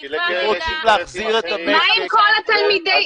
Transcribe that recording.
כי לקרן יש אינטרס --- מה עם כל התלמידים?